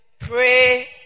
Pray